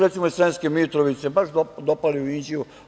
Recimo, iz Sremske Mitrovice su baš dopali u Inđiju.